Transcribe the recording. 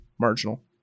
marginal